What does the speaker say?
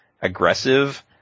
aggressive